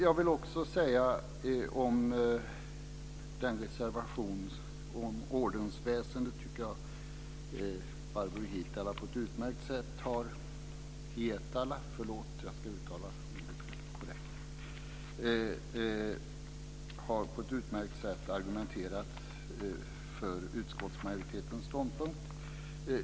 Jag vill säga att jag tycker att Barbro Hietala Nordlund på ett utmärkt sätt har argumenterat för utskottsmajoritetens ståndpunkt vad gäller reservationen om ordensväsendet.